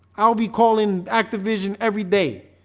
i'll be calling activision every day